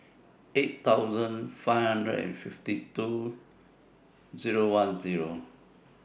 eight million five hundred and fifty two thousand ten